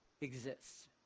exists